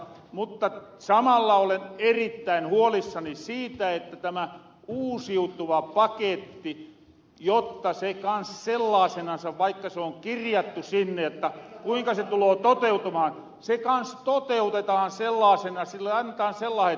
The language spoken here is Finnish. mutta samalla olen erittäin huolissani siitä että tämä uusiutuva paketti jotta se kans sellaasenansa vaikka se on kirjattu sinne jotta kuinka se tuloo toteutumaan se kans toteutetahan sellaasena sille annetaan sellaset tuet